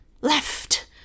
left